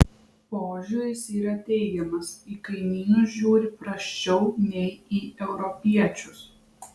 požiūris yra teigiamas į kaimynus žiūri prasčiau nei į europiečius